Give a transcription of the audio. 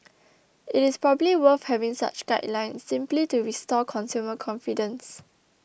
it is probably worth having such guidelines simply to restore consumer confidence